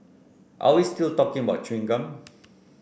are we still talking about chewing gum